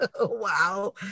Wow